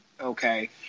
okay